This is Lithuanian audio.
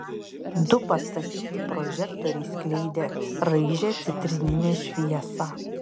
du pastatyti prožektoriai skleidė raižią citrininę šviesą